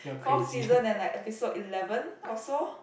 forth season and like episode eleven or so